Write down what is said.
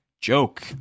joke